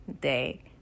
day